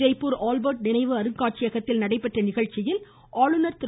Jaipur Albert நினைவு அருங்காட்சியகத்தில் நடைபெற்ற நிகழ்ச்சியில் ஆளுநர் திரு